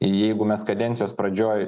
jeigu mes kadencijos pradžioj